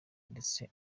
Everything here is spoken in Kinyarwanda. ndetse